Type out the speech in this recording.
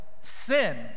sin